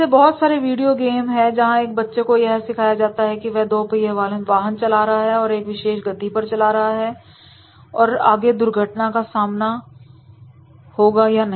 ऐसे बहुत सारे वीडियो गेम है जहां एक बच्चा यह सीखता है जैसे कि अगर वह दो पहिया वाहन चला रहा है और एक विशेष गति पर चल रहा है तो वह आगे दुर्घटना का सामना करेगा कि नहीं